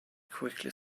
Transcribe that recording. quickly